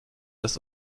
das